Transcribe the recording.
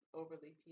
overly